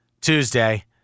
Tuesday